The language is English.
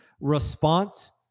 response